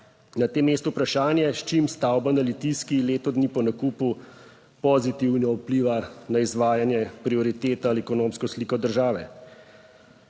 Na tem mestu vprašanje: S čim stavba na Litijski leto dni po nakupu pozitivno vpliva na izvajanje prioritet ali ekonomsko sliko države?